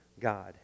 God